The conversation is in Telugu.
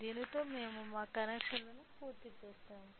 దీనితో మేము మా కనెక్షన్లను పూర్తి చేసాము